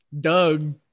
Doug